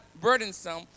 burdensome